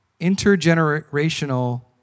intergenerational